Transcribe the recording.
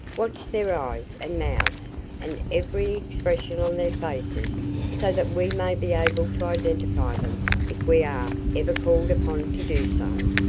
watch their eyes and mouths and every expression on their faces so that we may be able to identify them if we are ever called upon to do so.